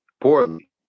poorly